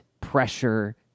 pressure